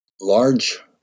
large